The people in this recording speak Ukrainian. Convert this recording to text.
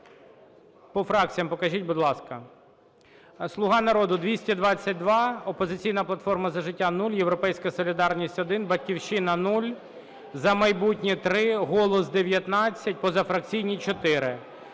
По фракціям покажіть, будь ласка.